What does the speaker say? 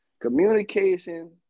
Communication